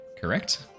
Correct